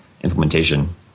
implementation